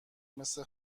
مثل